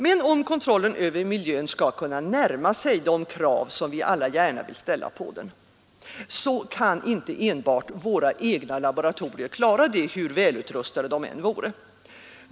Men om kontrollen över miljön skall kunna närma sig de krav som vi alla gärna vill ställa på den, så kan inte enbart våra egna laboratorier klara det, hur välutrustade de än vore.